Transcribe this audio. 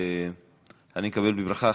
אני מקדם בברכה,